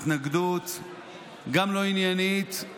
גם התנגדות לא עניינית,